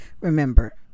Remember